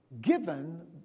given